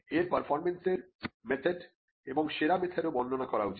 এর পারফরমেন্সের মেথড এবং সেরা মেথডও বর্ণনা করা উচিত